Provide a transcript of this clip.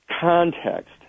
context